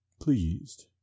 pleased